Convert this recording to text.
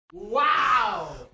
wow